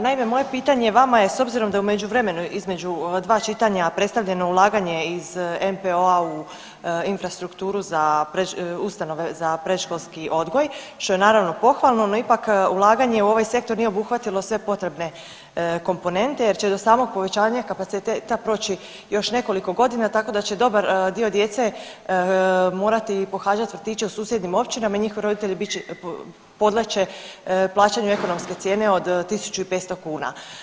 Naime, moje pitanje vama je s obzirom da je u međuvremenu između 2 čitanja predstavljeno ulaganje iz NPO-a u infrastrukturu za ustanove za predškolski odgoj što je naravno pohvalno, no ipak ulaganje u ovaj sektor nije obuhvatilo sve potrebne komponente, jer će do samog povećanja kapaciteta proći još nekoliko godina tako da će dobar dio djece morati pohađati vrtiće u susjednim općinama i njihovi roditelji podleći će plaćanju ekonomske cijene od 1500 kuna.